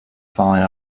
falling